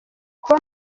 kuba